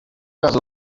razu